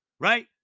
right